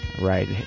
Right